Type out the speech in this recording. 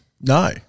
No